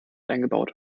eingebaut